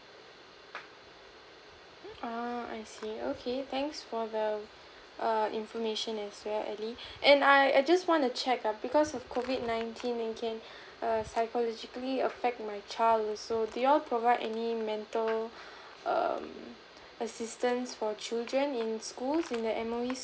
uh I see okay thanks for the err information as well ally and I I just want to check uh because of COVID nineteen okay err psychologically affect my child also do you all provide any mental um assistance for children in school in the M_O_E